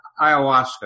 ayahuasca